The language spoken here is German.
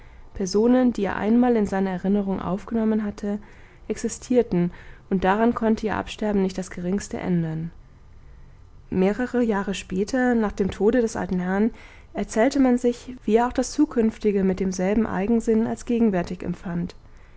personen die er einmal in seine erinnerung aufgenommen hatte existierten und daran konnte ihr absterben nicht das geringste ändern mehrere jahre später nach dem tode des alten herrn erzählte man sich wie er auch das zukünftige mit demselben eigensinn als gegenwärtig empfand